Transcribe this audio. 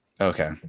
Okay